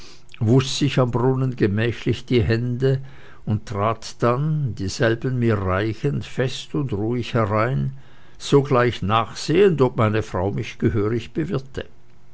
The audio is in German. sich am brunnen gemächlich die hände und trat dann dieselben mir reichend fest und ruhig herein sogleich nachsehend ob seine frau mich gehörig bewirte